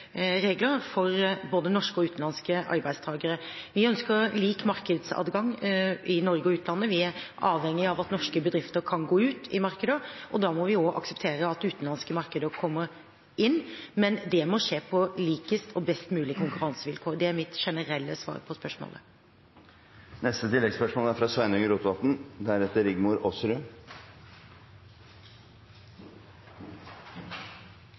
for både norske og utenlandske arbeidstakere. Vi ønsker lik markedsadgang i Norge og i utlandet. Vi er avhengig av at norske bedrifter kan gå ut i markeder, og da må vi også akseptere at utenlandske markeder kommer inn. Men det må skje på likest og best mulig konkurransevilkår. Det er mitt generelle svar på spørsmålet. Det blir oppfølgingsspørsmål – først Sveinung Rotevatn.